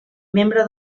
membre